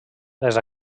les